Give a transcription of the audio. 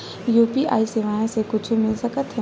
UPI सेवाएं से कुछु मिल सकत हे?